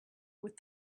with